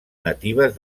natives